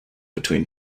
between